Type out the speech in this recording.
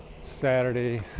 Saturday